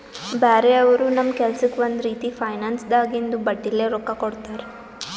ಬ್ಯಾರೆ ಅವರು ನಮ್ ಕೆಲ್ಸಕ್ಕ್ ಒಂದ್ ರೀತಿ ಫೈನಾನ್ಸ್ದಾಗಿಂದು ಬಡ್ಡಿಲೇ ರೊಕ್ಕಾ ಕೊಡ್ತಾರ್